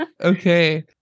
Okay